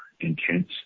intense